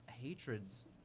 hatreds